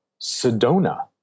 Sedona